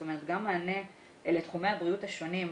זאת אומרת, גם מענה לתחומי הבריאות השונים.